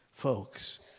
Folks